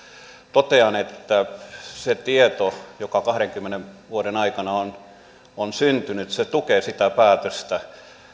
totean että se tieto joka kahdenkymmenen vuoden aikana on on syntynyt tukee sitä päätöstä